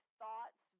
thoughts